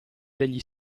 degli